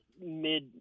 mid